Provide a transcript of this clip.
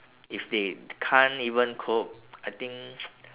if they can't even cope I think